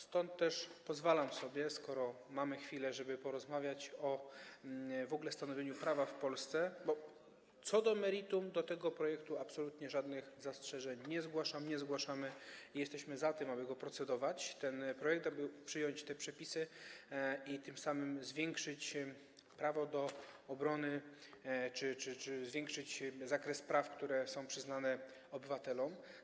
Stąd też pozwalam sobie, skoro mamy chwilę, porozmawiać w ogóle o stanowieniu prawa w Polsce, bo co do meritum do tego projektu absolutnie żadnych zastrzeżeń nie zgłaszamy i jesteśmy za tym, aby nad nim procedować, aby przyjąć te przepisy i tym samym zwiększyć prawo do obrony czy zwiększyć zakres praw, które są przyznane obywatelom.